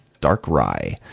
Darkrai